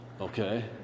Okay